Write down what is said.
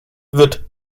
wird